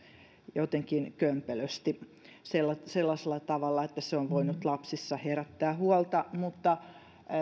jotenkin kömpelösti sellaisella sellaisella tavalla että se on voinut lapsissa herättää huolta mutta